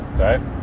Okay